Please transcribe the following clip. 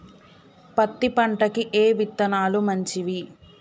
పత్తి పంటకి ఏ విత్తనాలు మంచివి?